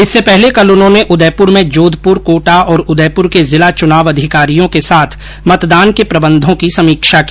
इससे पहले कल उन्होंने उदयपुर में जोधपुर कोटा और उदयपुर के जिला चुनाव अधिकारियों के साथ मतदान के प्रबंधों की समीक्षा की